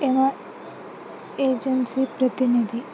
agency ప్రతినిధి